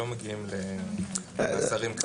שלא מגיעים למאסרים כאלה.